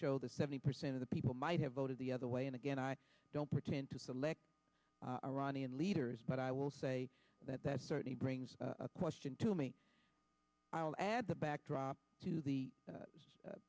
that seventy percent of the people might have voted the other way and again i don't pretend to select iranian leaders but i will say that that certainly brings a question to me i'll add the backdrop to the